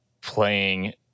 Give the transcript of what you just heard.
playing